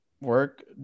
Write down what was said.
work